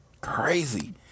Crazy